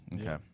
Okay